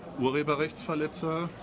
Urheberrechtsverletzer